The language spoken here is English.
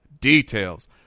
details